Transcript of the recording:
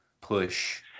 push –